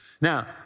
Now